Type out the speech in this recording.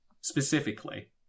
specifically